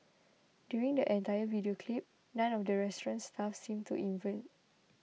during the entire video clip none of the restaurant's staff seemed to invent